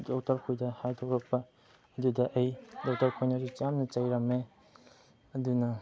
doctor ꯈꯣꯏꯗ ꯍꯥꯏꯗꯣꯔꯛꯄ ꯑꯗꯨꯗ ꯑꯩ ꯗꯣꯛꯇꯔ ꯈꯣꯏꯅ ꯑꯩ ꯌꯥꯝꯅ ꯆꯩꯔꯝꯃꯦ ꯑꯗꯨꯅ